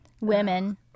Women